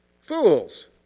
Fools